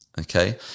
okay